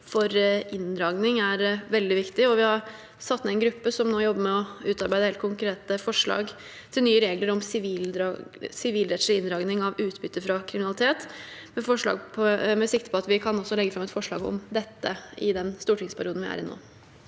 for inndragning er veldig viktig. Vi har satt ned en gruppe som nå jobber med å utarbeide helt konkrete forslag til nye regler om sivilrettslig inndragning av utbytte fra kriminalitet, med sikte på at vi også kan legge fram et forslag om dette i den stortingsperioden vi er i nå.